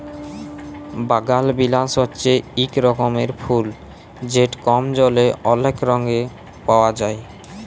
বাগালবিলাস হছে ইক রকমের ফুল যেট কম জলে অলেক রঙে পাউয়া যায়